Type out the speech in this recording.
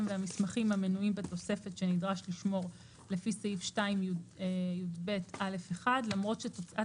והמסמכים המנויים בתוספת שנדרש לשמור לפי סעיף 2יב(א)(1) למרות שתוצאת